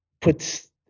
puts